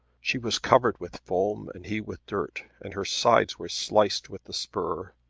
she was covered with foam and he with dirt, and her sides were sliced with the spur.